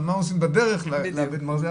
אבל מה עושים בדרך לבית המרזח,